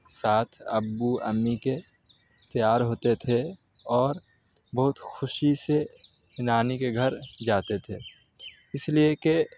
ساتھ ابو امی کے تیار ہوتے تھے اور بہت خوشی سے نانی کے گھر جاتے تھے اس لیے کہ